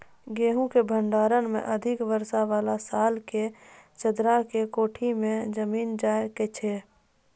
गेहूँ के भंडारण मे अधिक वर्षा वाला साल मे चदरा के कोठी मे जमीन जाय छैय?